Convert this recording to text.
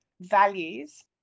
values